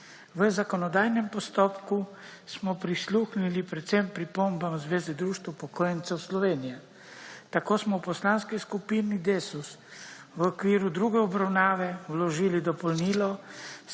V zakonodajnem postopku smo prisluhnili predvsem pripombam Zvezi društev upokojencev Slovenije. Tako smo v Poslanski skupini Desus v okviru druge obravnave vložili dopolnilo